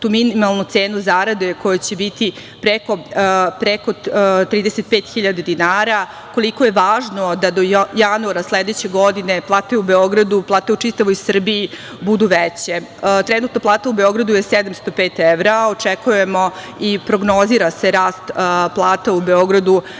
tu minimalnu cenu zarade koja će biti preko 35.000 dinara, koliko je važno da do januara sledeće godine plate u Beogradu, plate u čitavoj Srbiji budu veće. Trenutno plata u Beogradu je 705 evra, a očekujemo i prognoziramo da se rast plata u Beogradu